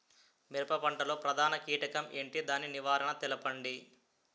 మిరప పంట లో ప్రధాన కీటకం ఏంటి? దాని నివారణ తెలపండి?